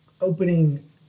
Opening